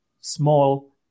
small